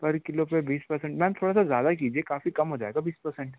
पर किलो पे बीस परसेंट मैम थोड़ा सा ज़्यादा कीजिए काफ़ी कम हो जाएगा बीस परसेंट